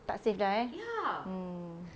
tak safe lah ya mm